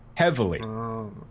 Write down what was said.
Heavily